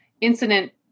incident